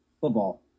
Football